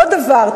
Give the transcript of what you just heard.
עוד דבר,